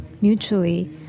mutually